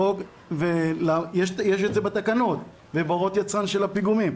יש את זה בתקנות ובהוראות היצרן של הפיגומים,